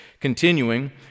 continuing